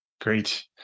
Great